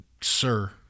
sir